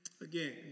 again